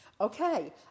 Okay